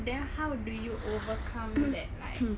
then how do you overcome that like